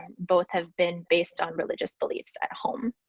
and both have been based on religious beliefs at home.